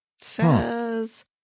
Says